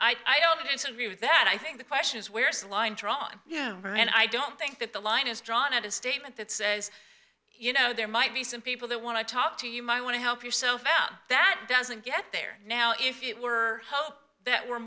but i don't disagree with that i think the question is where's the line drawn yeah and i don't think that the line is drawn out a statement that says you know there might be some people that want to talk to you might want to help yourself out that doesn't get there now if it were hope that were